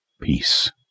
Peace